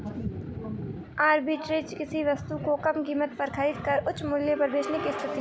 arbitrage किसी वस्तु को कम कीमत पर खरीद कर उच्च मूल्य पर बेचने की स्थिति है